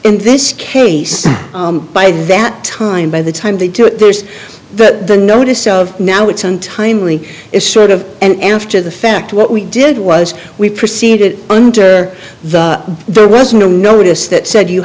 in this case by that time by the time they do it there's the notice of now it's untimely is sort of and after the fact what we did was we proceeded under the there was no notice that said you